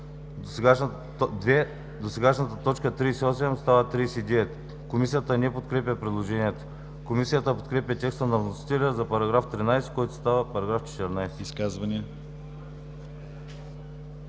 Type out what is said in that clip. Досегашната точка 38 става 39.“ Комисията не подкрепя предложението. Комисията подкрепя текста на вносителя за § 13, който става § 14.